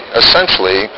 essentially